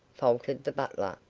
faltered the butler.